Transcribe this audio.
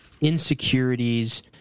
insecurities